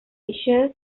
dishes